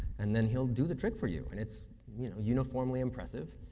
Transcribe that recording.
and then, he'll do the trick for you. and it's, you know, uniformly impressive,